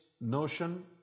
notion